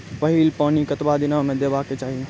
पहिल पानि कतबा दिनो म देबाक चाही?